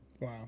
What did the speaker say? wow